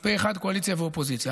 פה אחד, קואליציה ואופוזיציה.